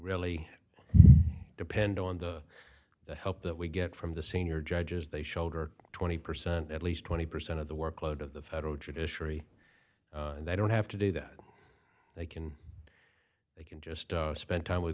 really depend on the help that we get from the senior judges they shoulder twenty percent at least twenty percent of the workload of the federal judiciary and they don't have to do that they can they can just spend time with